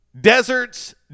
Desert's